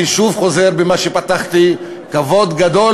אני שוב חוזר על מה שפתחתי בו: כבוד גדול